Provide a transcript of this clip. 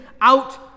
out